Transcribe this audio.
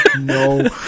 no